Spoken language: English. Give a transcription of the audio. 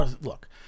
Look